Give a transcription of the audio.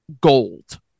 gold